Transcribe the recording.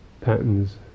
patterns